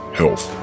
health